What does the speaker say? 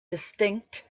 distinct